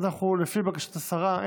לפי בקשת השרה,